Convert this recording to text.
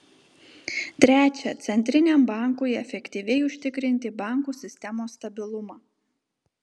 trečia centriniam bankui efektyviai užtikrinti bankų sistemos stabilumą